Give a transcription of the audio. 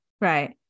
Right